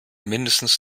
mindestens